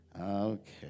Okay